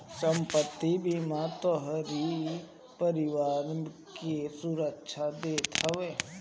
संपत्ति बीमा तोहरी परिवार के सुरक्षा देत हवे